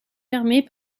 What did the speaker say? fermées